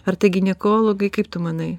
ar tik ginekologai kaip tu manai